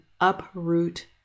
uproot